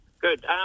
Good